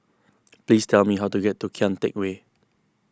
please tell me how to get to Kian Teck Way